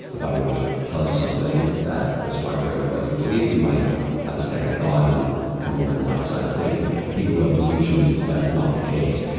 if i were to tell you something that was contrary to what you believed you might have a second thought and come over to my side of thinking. people who have delusions, that's not the case.